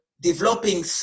developing